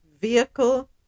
vehicle